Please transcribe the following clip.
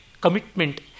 commitment